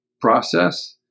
process